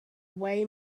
way